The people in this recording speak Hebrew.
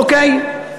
אוקיי?